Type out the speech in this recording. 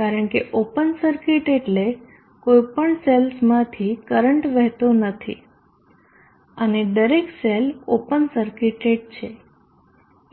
કારણ કે open circuit એટલે કોઈપણ સેલ્સમાંથી કરંટ વહેતો નથી અને દરેક સેલ ઓપન સર્કિટેડ છે